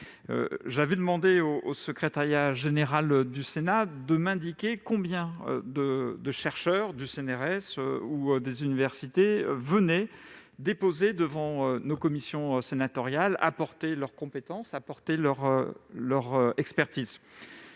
J'ai demandé au secrétariat général du Sénat de m'indiquer combien de chercheurs du CNRS ou des universités venaient déposer devant les commissions sénatoriales, apportant leurs compétences et leur expertise.